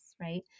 right